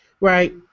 right